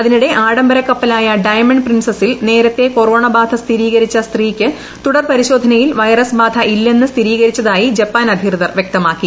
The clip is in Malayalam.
അതിനിടെ ആഡംബര കപ്പലായ ഡയമണ്ട് പ്രിൻസസിൽ നേരത്തെ കൊറോണ ബാധ് സ്ഥിരീകരിച്ച സ്ത്രീയ്ക്ക് തുടർ പരിശോധന യിൽ വൈറസ് ബാധ ഇല്ലെന്ന് സ്ഥിരീകരിച്ചതായി ജപ്പാൻ അധികൃതർ വൃക്തമാക്കി